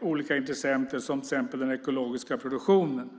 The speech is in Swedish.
olika intressenter, till exempel den ekologiska produktionen.